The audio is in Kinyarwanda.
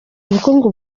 ubukungu